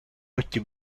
occhi